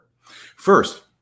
First